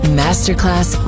masterclass